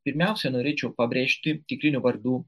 pirmiausia norėčiau pabrėžti tikrinių vardų